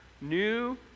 New